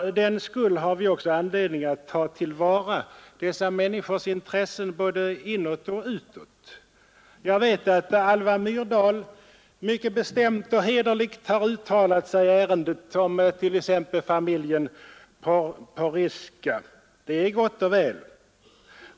Fördenskull har vi också anledning att ta till vara dessa människors intressen både inåt och utåt. Jag vet att Alva Myrdal mycket bestämt och hederligt har uttalat sig i ärendet om familjen Porizka. Det är gott och väl.